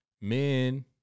men